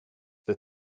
that